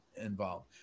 involved